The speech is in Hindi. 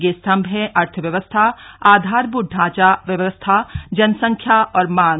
ये स्तंभ हैं अर्थव्यवस्था आधारभूत ढांचा व्यवस्था जनसंख्या और मांग